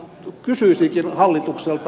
kysyisinkin hallitukselta